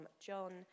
John